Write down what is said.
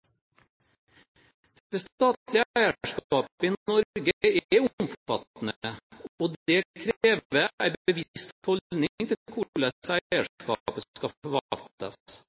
Norge er omfattende, og det krever en bevisst holdning til hvordan eierskapet skal forvaltes.